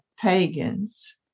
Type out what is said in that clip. pagans